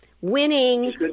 Winning